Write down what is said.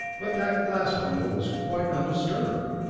but that glass window was quite undisturbed!